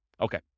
Okay